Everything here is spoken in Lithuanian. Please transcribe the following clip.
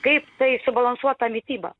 kaip tai subalansuota mityba